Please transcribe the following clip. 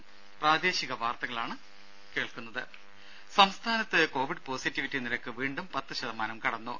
രും സംസ്ഥാനത്ത് covid positivity നിരക്ക് വീണ്ടും പത്ത് ശതമാനം കടന്നു